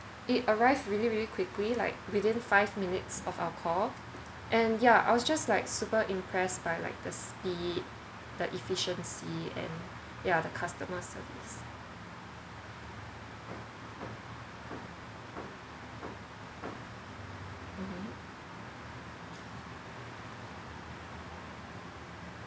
it arrived really really quickly like within five minutes of our call and ya I was just like super impress by like the speed the efficiency and yeah the customer service